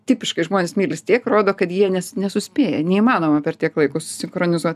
tipiškai žmonės mylis tiek rodo kad jie nes nesuspėja neįmanoma per tiek laiko susinchronizuot